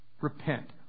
Repent